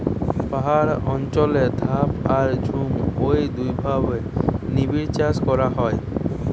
পাহাড় অঞ্চলে ধাপ আর ঝুম ঔ দুইভাবে নিবিড়চাষ করা হয়